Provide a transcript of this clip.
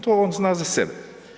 To on zna za sebe.